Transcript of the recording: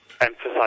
emphasize